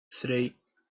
three